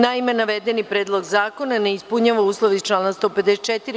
Naime, navedeni predlog zakona ne ispunjava uslov iz člana 154.